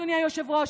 אדוני היושב-ראש,